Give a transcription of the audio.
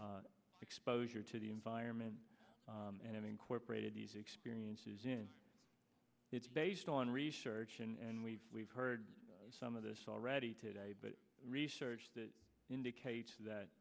baseline exposure to the environment and incorporated these experiences in it's based on research and we've we've heard some of this already today but research that indicates that